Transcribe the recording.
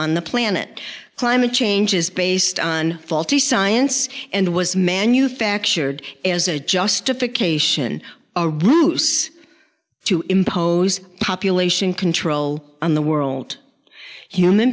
on the planet climate change is based on faulty science and was manufactured as a justification or bruce to impose population control on the world human